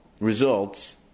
results